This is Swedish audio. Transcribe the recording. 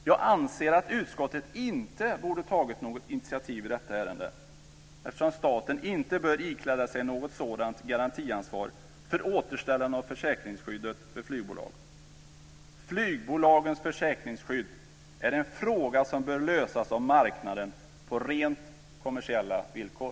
Jag anser att utskottet inte borde ha tagit något initiativ i detta ärende, eftersom staten inte bör ikläda sig något sådant garantiansvar för återställande av försäkringsskyddet för flygbolag. Flygbolagens försäkringsskydd är en fråga som bör lösas av marknaden på rent kommersiella villkor.